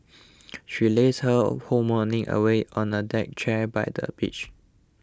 she lazed her whole morning away on a deck chair by the beach